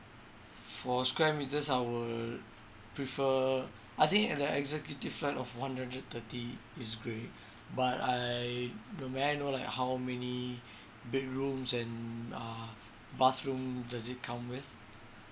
for square metres I would prefer I think at the executive flat of one hundred thirty is great but I though may I know like how many bedrooms and uh bathroom does it come with